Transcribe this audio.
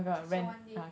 just for one day